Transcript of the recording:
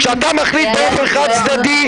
כשאתה מחליט באופן חד-צדדי,